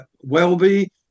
welby